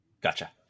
Gotcha